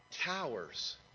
towers